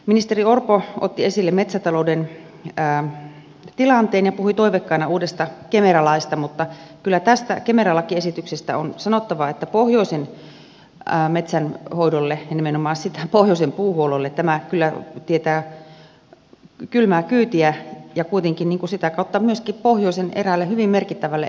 ministeri orpo otti esille metsätalouden tilanteen ja puhui toiveikkaana uudesta kemera laista mutta kyllä tästä kemera lakiesityksestä on sanottava että pohjoisen metsänhoidolle ja nimenomaan pohjoisen puuhuollolle tämä kyllä tietää kylmää kyytiä ja sitä kautta myöskin pohjoisen eräälle hyvin merkittävälle elinkeinolle